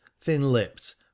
thin-lipped